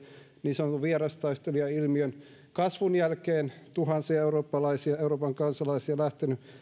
niin sanotun vierastaistelijailmiön kasvun jälkeen kun tuhansia euroopan kansalaisia on lähtenyt